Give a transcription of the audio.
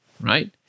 right